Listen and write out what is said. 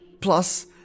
Plus